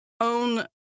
own